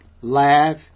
laugh